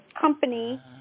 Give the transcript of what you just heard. company